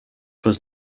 was